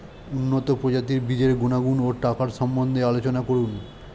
উন্নত প্রজাতির বীজের গুণাগুণ ও টাকার সম্বন্ধে আলোচনা করুন